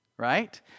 right